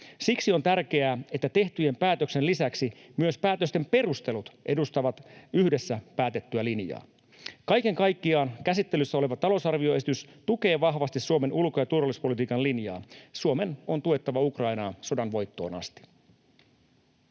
Siksi on tärkeää, että tehtyjen päätösten lisäksi myös päätösten perustelut edustavat yhdessä päätettyä linjaa. Kaiken kaikkiaan käsittelyssä oleva talousarvioesitys tukee vahvasti Suomen ulko‑ ja turvallisuuspolitiikan linjaa. Suomen on tuettava Ukrainaa sodan voittoon asti.